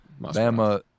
Bama